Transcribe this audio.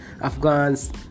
Afghans